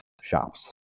shops